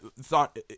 thought